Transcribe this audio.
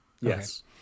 yes